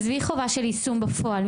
עזבי חובה של יישום בפועל.